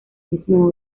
mismo